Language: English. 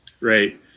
right